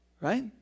Right